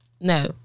No